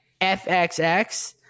FXX